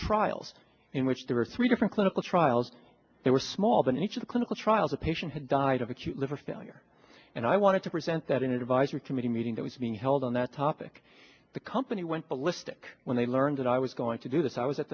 trials in which there were three different clinical trials they were small than each of the clinical trials a patient had died of acute liver failure and i wanted to present that in advisory committee meeting that was being held on that topic the company went ballistic when they learned that i was going to do this i was at